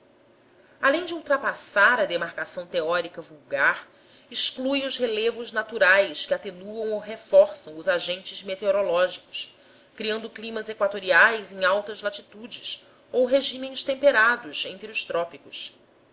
além de ultrapassar a demarcação teórica vulgar exclui os relevos naturais que atenuam ou reforçam os agentes meteorológicos criando climas equatoriais em altas latitudes ou regimes temperados entre os trópicos